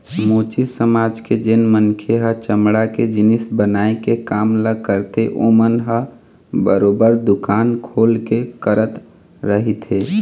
मोची समाज के जेन मनखे ह चमड़ा के जिनिस बनाए के काम ल करथे ओमन ह बरोबर दुकान खोल के करत रहिथे